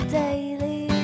daily